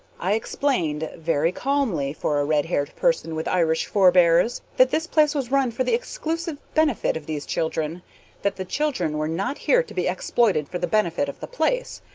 i explained very calmly for a red-haired person with irish forebears that this place was run for the exclusive benefit of these children that the children were not here to be exploited for the benefit of the place,